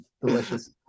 Delicious